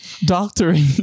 doctoring